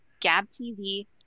GabTV